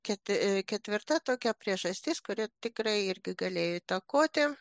kit e ketvirta tokia priežastis kuri tikrai irgi galėjo įtakoti